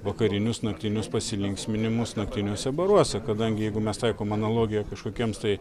vakarinius naktinius pasilinksminimus naktiniuose baruose kadangi jeigu mes taikom analogiją kažkokiems tai